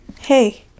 hey